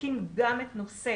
בודקים גם את נושא